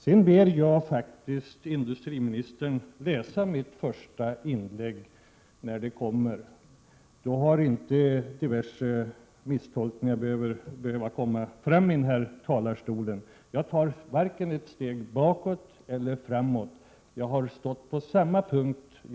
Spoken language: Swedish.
Sedan ber jag faktiskt industriministern att läsa mitt första inlägg när det kommer i protokollet. Diverse misstolkningar hade inte behövt uppstå här. Jag tar nämligen varken ett steg bakåt eller ett steg framåt. Jag har stått på samma punkt hela tiden.